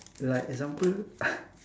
like example